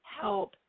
help